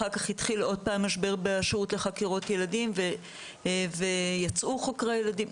אחר כך התחיל עוד פעם משבר ברשות לחקירות ילדים ויצאו חוקרי ילדים.